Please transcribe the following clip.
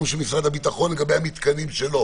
של משרד הביטחון לגבי המתקנים שלו.